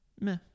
Meh